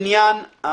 העניין של